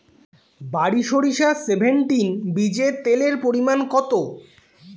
বারি সরিষা সেভেনটিন বীজে তেলের পরিমাণ কত?